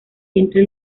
entre